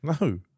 No